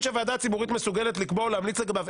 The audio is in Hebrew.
שהוועדה הציבורית מסוגלת לקבוע או להמליץ לגביו.